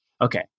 Okay